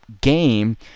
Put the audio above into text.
game